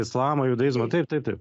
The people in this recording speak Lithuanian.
islamą judaizmą taip taip taip